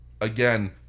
again